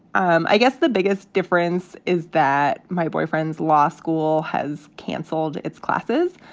um i guess the biggest difference is that my boyfriend's law school has canceled its classes